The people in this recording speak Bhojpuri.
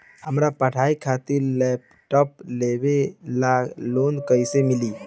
हमार पढ़ाई खातिर लैपटाप लेवे ला लोन कैसे मिली?